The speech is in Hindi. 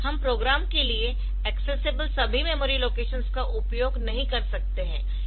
हम प्रोग्राम के लिए एक्सेसिबल सभी मेमोरी लोकेशंस का उपयोग नहीं कर सकते है